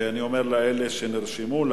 ואני אומר לאלה שנרשמו: